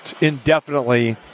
Indefinitely